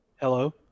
Hello